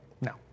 no